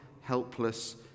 helpless